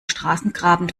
straßengraben